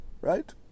right